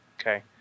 Okay